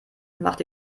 macht